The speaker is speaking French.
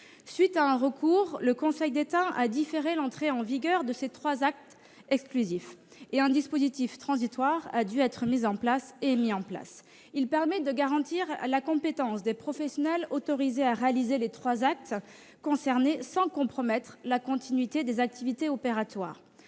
suite d'un recours, le Conseil d'État a différé l'entrée en vigueur de ces trois actes exclusifs, et un dispositif transitoire a dû être mis en place. Ce dernier permet de garantir la compétence des professionnels autorisés à réaliser les trois actes concernés sans compromettre la continuité des activités opératoires.